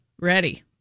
Ready